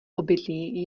obydlí